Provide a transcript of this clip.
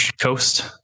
coast